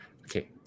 Okay